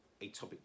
atopic